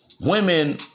women